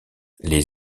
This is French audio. les